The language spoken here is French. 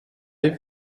live